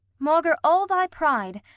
maugre all thy pride,